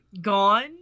gone